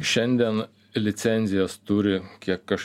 šiandien licencijas turi kiek aš